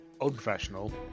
unprofessional